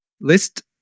list